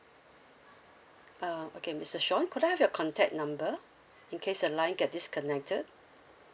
uh okay mister sean could I have your contact number in case the line get disconnected